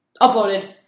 uploaded